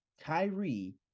Kyrie